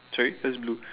sorry that's blue